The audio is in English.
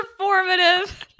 performative